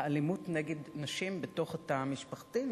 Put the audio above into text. האלימות נגד נשים בתוך התא המשפחתי,